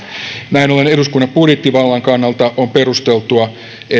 näin ollen eduskunnan budjettivallan kannalta on perusteltua että